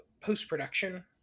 post-production